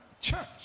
church